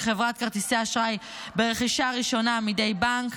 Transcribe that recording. חברת כרטיסי אשראי ברכישה ראשונה מידי בנק,